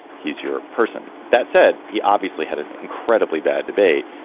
he's your person. that said, he obviously had an incredibly bad debate,